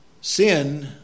Sin